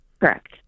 correct